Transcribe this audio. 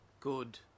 good